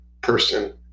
person